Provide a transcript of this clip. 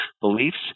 beliefs